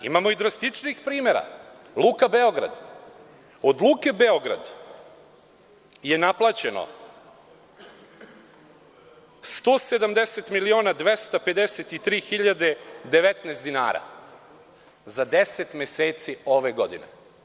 Imamo i drastičnijih primera, „Luka Beograd“., od „Luke Beograd“ je naplaćeno 170.253.019 dinara za 10 meseci ove godine.